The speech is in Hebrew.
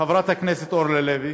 חברת הכנסת אורלי לוי?